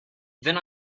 then